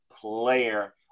player